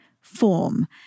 form